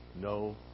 no